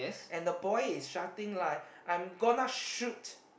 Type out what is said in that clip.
and the boy is shutting lie I'm gonna shoot